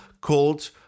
called